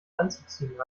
anzuziehen